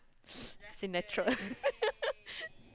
sinetron